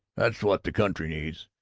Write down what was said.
that's what the country needs,